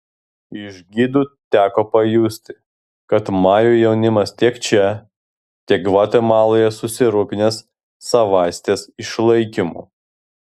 iš gidų teko pajusti kad majų jaunimas tiek čia tiek gvatemaloje susirūpinęs savasties išlaikymu